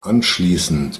anschließend